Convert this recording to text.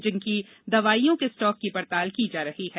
जिनके दवाइयों के स्टॉक की पड़ताल की जा रही है